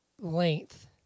length